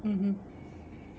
mmhmm